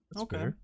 Okay